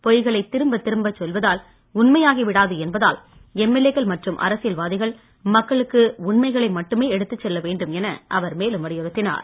பொய்களைத் திரும்பத் திரும்பச் சொல்வதால் உண்மையாகி விடாது என்பதால் எம்எல்ஏ க்கள் மற்றும் அரசியல்வாதிகள் மக்களுக்கு உண்மைகளை மட்டுமே எடுத்துச்சொல்ல வேண்டும் என அவர் மேலும் வலியுறுத்தினார்